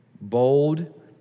Bold